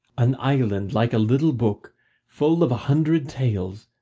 an island like a little book full of a hundred tales,